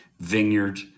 vineyard